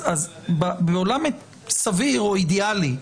בעולם אידאלי,